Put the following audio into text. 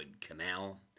canal